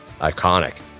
iconic